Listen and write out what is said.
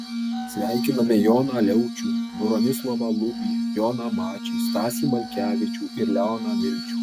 sveikiname joną liaučių bronislovą lubį joną mačį stasį malkevičių ir leoną milčių